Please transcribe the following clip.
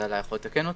ועלא יכול לתקן אותי,